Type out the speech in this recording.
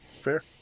Fair